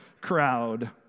crowd